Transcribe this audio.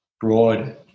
broad